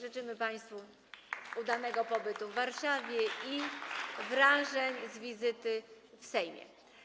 Życzymy państwu udanego pobytu w Warszawie i wielu wrażeń z wizyty w Sejmie.